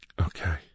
okay